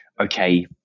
okay